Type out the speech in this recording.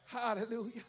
Hallelujah